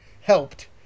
helped